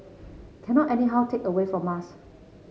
cannot anyhow take away from us